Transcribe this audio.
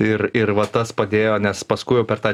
ir ir va tas padėjo nes paskui jau per tą